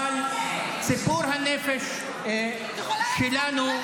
אבל ציפור הנפש שלנו,